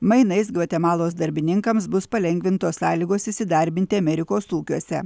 mainais gvatemalos darbininkams bus palengvintos sąlygos įsidarbinti amerikos ūkiuose